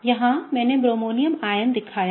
यहाँ मैंने bromonium ion दिखाया है